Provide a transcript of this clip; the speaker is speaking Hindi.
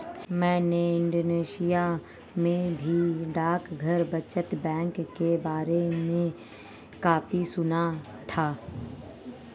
मैंने इंडोनेशिया में भी डाकघर बचत बैंक के बारे में काफी सुना था